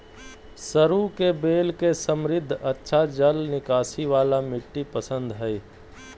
सरू के बेल के समृद्ध, अच्छा जल निकासी वाला मिट्टी पसंद हइ